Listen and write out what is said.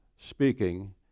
speaking